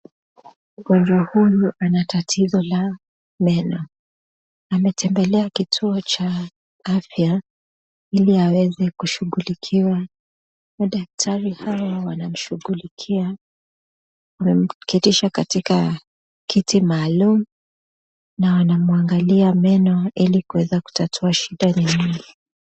Mgonjwa huyu ana tatizo la meno. Ametembelea kituo cha afya ili aweze kushughulikiwa. Madaktari hawa wanamshughulikia. Wamemketisha katika kiti maalum na wanamwangalia meno ili kuweza kutataua shida lenyewe.